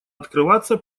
открываться